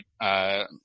right